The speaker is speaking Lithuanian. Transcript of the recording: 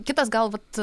kitas gal vat